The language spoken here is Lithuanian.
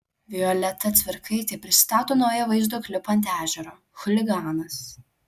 violeta cvirkaitė pristato naują vaizdo klipą ant ežero chuliganas